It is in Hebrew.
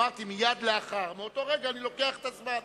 אמרתי: מייד לאחר מאותו רגע אני לוקח את הזמן.